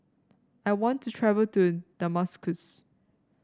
I want to travel to Damascus